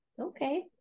okay